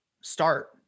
start